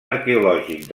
arqueològic